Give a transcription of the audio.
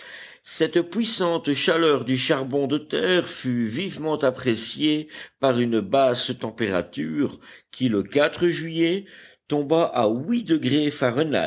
cette puissante chaleur du charbon de terre fut vivement appréciée par une basse température qui le juillet tomba à huit degrés fahrenheit